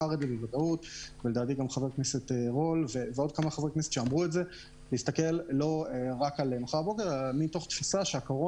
רול ועוד להסתכל לא רק על מחר בבוקר אלא על קורונה